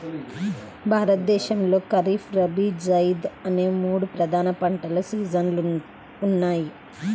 భారతదేశంలో ఖరీఫ్, రబీ, జైద్ అనే మూడు ప్రధాన పంటల సీజన్లు ఉన్నాయి